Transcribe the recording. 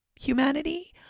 humanity